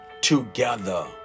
together